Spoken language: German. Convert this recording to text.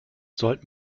sollten